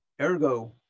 ergo